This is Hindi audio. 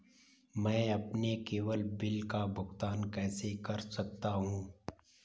मैं अपने केवल बिल का भुगतान कैसे कर सकता हूँ?